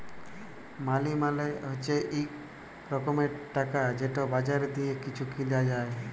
মালি মালে হছে ইক রকমের টাকা যেট বাজারে দিঁয়ে কিছু কিলা যায়